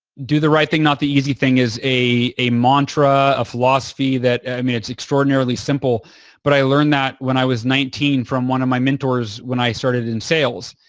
do the right thing, not the easy thing is a a mantra, a philosophy that, i mean, it's extraordinarily simple but i learned that when i was nineteen from one of my mentors when i started in sales.